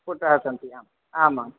पुटाः सन्ति आम् आम् आम्